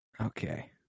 Okay